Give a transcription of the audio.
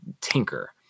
tinker